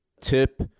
tip